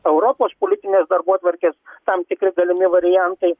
europos politinės darbotvarkės tam tikri galimi variantai